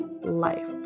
life